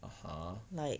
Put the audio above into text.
like